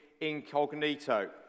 incognito